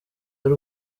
y’u